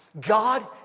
God